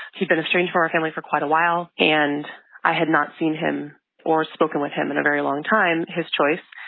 he'd been estranged from our family for quite a while, and i had not seen him or spoken with him in a very long time his choice.